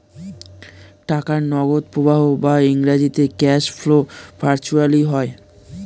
টাকার নগদ প্রবাহ বা ইংরেজিতে ক্যাশ ফ্লো ভার্চুয়ালি হয়